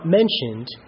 mentioned